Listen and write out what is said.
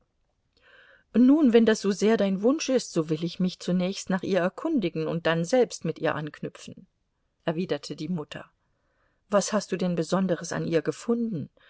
nun wenn das so sehr dein wunsch ist so will ich mich zunächst nach ihr erkundigen und dann selbst mit ihr anknüpfen erwiderte die mutter was hast du denn besonderes an ihr gefunden